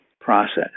process